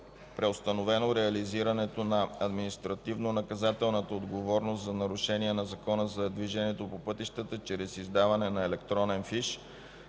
преустановено реализирането на административнонаказателната отговорност за нарушения на Закона за движението по пътищата чрез издаване на електронен фиш